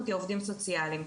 אנחנו כעובדים סוציאליים,